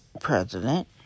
president